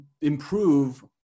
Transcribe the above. improve